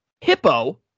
hippo